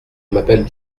m’appelle